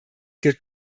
gilt